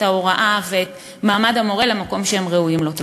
ההוראה ואת מעמד המורה למקום שהם ראויים לו.